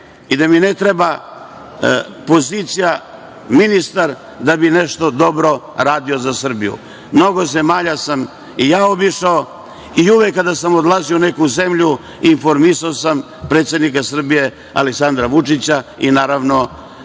i da mi ne treba pozicija ministar da bi nešto dobro radio za Srbiju. Mnogo zemalja sam i ja obišao i uvek kada sam odlazio u neku zemlju informisao sam predsednika Srbije Aleksandra Vučića i naravno